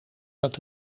dat